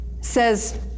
Says